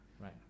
right